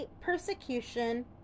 persecution